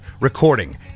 recording